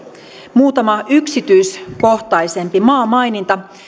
muutama yksityiskohtaisempi maamaininta